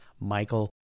Michael